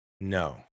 no